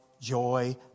joy